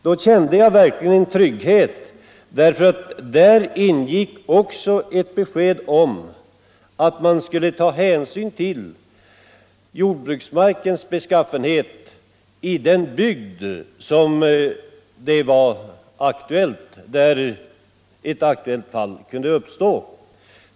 Då kände jag verkligen trygghet, för där ingick ett besked om att man skulle ta hänsyn till jordbruksmarkens beskaffenhet i den bygd där det kunde bli aktuellt att bygga.